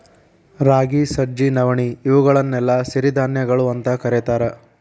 ರಾಗಿ, ಸಜ್ಜಿ, ನವಣಿ, ಇವುಗಳನ್ನೆಲ್ಲ ಸಿರಿಧಾನ್ಯಗಳು ಅಂತ ಕರೇತಾರ